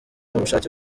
ubushake